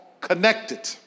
connected